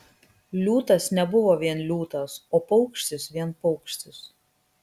liūtas nebuvo vien liūtas o paukštis vien paukštis